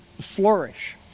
flourish